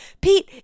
Pete